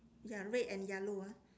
ya red and yellow ah